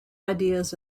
ideas